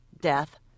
death